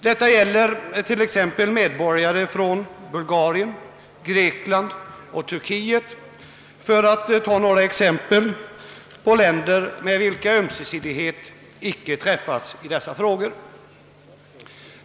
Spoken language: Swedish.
Detta gäller t.ex. medborgare från Bulgarien, Grekland och Turkiet, för att ta några exempel på länder med vilka avtal i dessa frågor icke träffats.